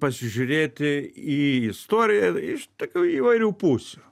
pasižiūrėti į istoriją iš tokių įvairių pusių